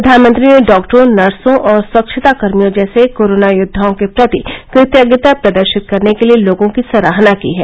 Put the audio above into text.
प्रधानमंत्री ने डॉक्टरों नर्सो और स्वच्छता कर्मियों जैसे कोरोना योद्वाओं के प्रति कृतज्ञता प्रदर्शित करने के लिए लोगों की सराहना की है